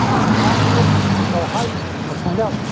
is it accurate is it all hype let's find out